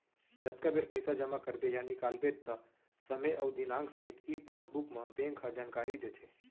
जतका बेर पइसा जमा करबे या निकालबे त समे अउ दिनांक सहित ई पासबुक म बेंक ह जानकारी देथे